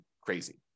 crazy